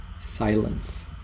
Silence